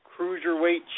cruiserweight